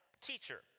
teacher